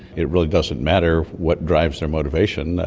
it really doesn't matter what drives their motivation,